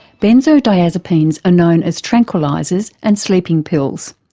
benzodiazepines are known as tranquillisers and sleeping pills,